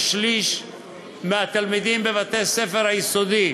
של שליש מהתלמידים בבתי-הספר היסודיים,